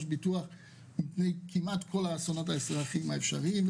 ביטוח כנגד כמעט כל האסונות האזרחיים האפשריים.